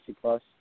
Plus